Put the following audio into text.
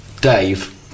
Dave